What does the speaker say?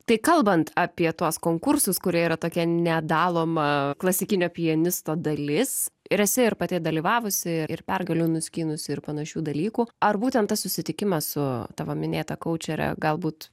tai kalbant apie tuos konkursus kurie yra tokia nedaloma klasikinio pianisto dalis ir esi ir pati dalyvavusi ir pergalių nuskynus ir panašių dalykų ar būtent tas susitikimas su tavo minėta kaučere galbūt